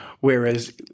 Whereas